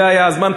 זה היה הזמן.